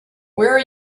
where